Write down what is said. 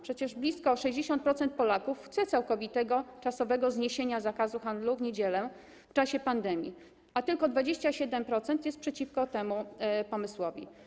Przecież blisko 60% Polaków chce całkowitego czasowego zniesienia zakazu handlu w niedziele w czasie pandemii, a tylko 27% jest przeciwko temu pomysłowi.